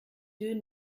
deux